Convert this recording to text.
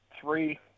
three